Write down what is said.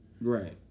Right